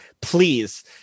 please